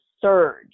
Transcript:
surge